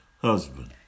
husband